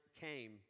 came